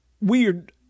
weird